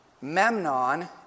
Memnon